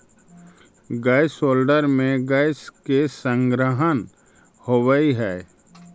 gas holder में gas के संग्रहण होवऽ हई